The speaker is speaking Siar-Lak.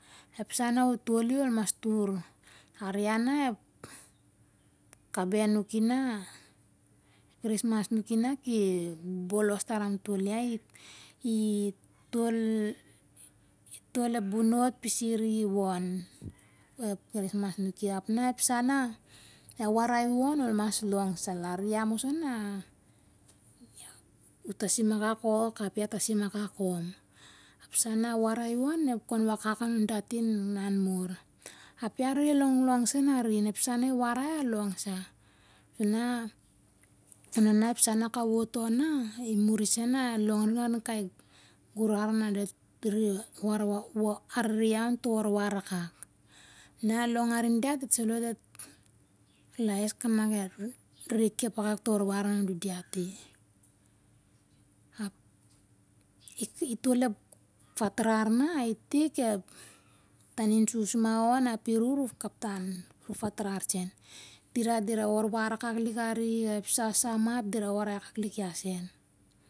Ep sa na utoli ol mas tur lar ia na ep kaben nuki na krismas nuki na ki bolos tar amtol ia itol itol ep bonot pisir iwon ep krismas nuki ap na ep sa na awarai u on ol mas long sa lar ia moso na u tasim akak ork ap ia tasim akak om ep sa na warai u om kon wakak anun dati na anmr ap ia arere long long sen arin na ep sa na iwarai along sa suna nana ep sa na ka wot on na imuri sen ep lon i kai gurar na dat re arere ia on toh warwar akak na along ain diat dit salo dit laies ka nak are kep akak toh warwar nun diati ap it itol ep fatrar na itik ep tanin sus ma on ap iru ru kaptan ru fatrar sen dira dira warwar akak lik arik ap ep sa sa ma dira warai akak lik ia sen.